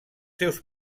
seus